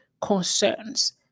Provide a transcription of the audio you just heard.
concerns